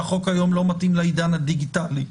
שהחוק היום לא מתאים לעידן הדיגיטלי.